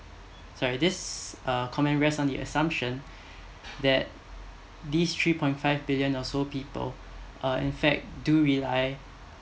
sorry this uh comment rest on the assumption that this three point five billion or so people in fact do rely